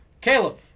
Caleb